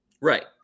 Right